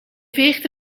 veegde